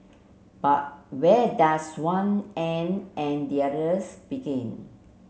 but where does one end and the others begin